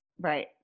right